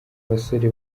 basore